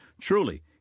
Truly